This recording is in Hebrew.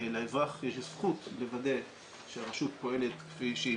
לאזרח יש הזכות לוודא שהרשות פועלת כפי שהיא